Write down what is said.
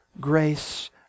grace